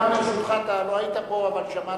גם לרשותך, אתה לא היית פה, אבל שמעת,